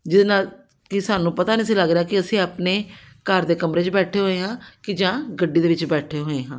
ਜਿਹਦੇ ਨਾਲ ਕਿ ਸਾਨੂੰ ਪਤਾ ਨਹੀਂ ਸੀ ਲੱਗ ਰਿਹਾ ਕਿ ਅਸੀਂ ਆਪਣੇ ਘਰ ਦੇ ਕਮਰੇ 'ਚ ਬੈਠੇ ਹੋਏ ਹਾਂ ਕਿ ਜਾਂ ਗੱਡੀ ਦੇ ਵਿੱਚ ਬੈਠੇ ਹੋਏ ਹਾਂ